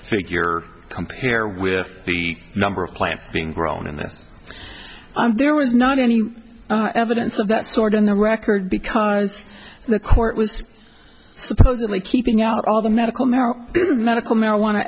figure compare with the number of plants being grown in this i'm there was not any evidence of that sort in the record because the court was supposedly keeping out all the medical marijuana medical marijuana